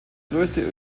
größte